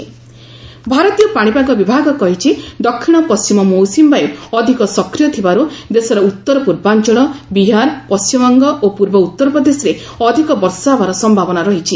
IMD rainfall ଭାରତୀୟ ପାଣିପାଗ ବିଭାଗ କହିଛି ଦକ୍ଷିଣ ପଶ୍ଚିମ ମୌସୁମୀବାୟ ଅଧିକ ସକ୍ରିୟ ଥିବାରୁ ଦେଶର ଉତ୍ତର ପୂର୍ବାଞ୍ଚଳ ବିହାର ପଶ୍ଚିମବଙ୍ଗ ଓ ପୂର୍ବ ଉତ୍ତରପ୍ରଦେଶରେ ଅଧିକ ବର୍ଷା ହେବାର ସମ୍ଭାବନା ରହିଛି